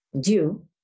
due